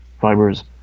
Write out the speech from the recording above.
fibers